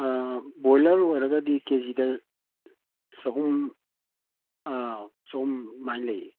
ꯑꯥ boiler ꯑꯣꯏꯔꯗꯤ ꯀꯦ ꯖꯤꯗ ꯆꯍꯨꯝ ꯑꯥ ꯆꯍꯨꯝ ꯑꯗꯨꯃꯥꯏꯅ ꯂꯩꯌꯦ